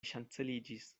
ŝanceliĝis